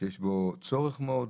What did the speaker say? שיש בו צורך מאוד?